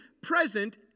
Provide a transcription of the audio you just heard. present